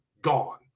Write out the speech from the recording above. gone